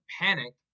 panic